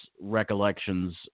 recollections